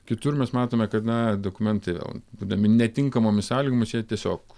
kitur mes matome kad na dokumentai vėl būdami netinkamomis sąlygomis jie tiesiog